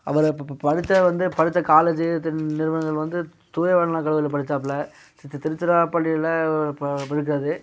அவரு படித்தது வந்து படித்த காலேஜி தி நிறுவனங்கள் வந்து தூய காலேஜில் படிச்சாப்புல திருச்சிராப்பள்ளியில் ப படிச்சார்